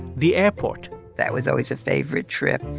the airport that was always a favorite trip.